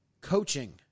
coaching